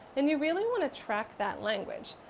and you really want to track that language.